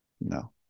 no